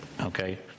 Okay